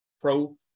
Pro